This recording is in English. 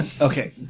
Okay